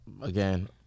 Again